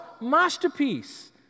masterpiece